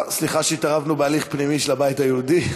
סליחה שהתערבנו בהליך פנימי של הבית היהודי,